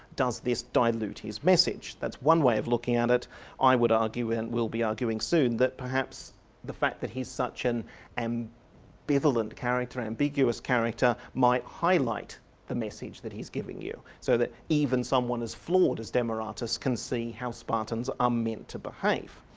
does this dilute his message? that's one way of looking at it i would argue and will be arguing soon that perhaps the fact that he's such an um ambivalent character, ambiguous character, might highlight the message that he's giving you so that even someone as flawed as demaratus can see how spartans are meant to behave.